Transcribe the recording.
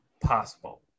possible